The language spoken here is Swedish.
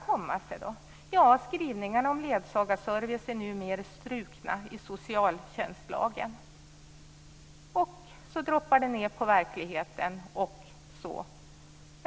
Jo, skrivningarna om ledsagarservice är numera strukna ur socialtjänstlagen.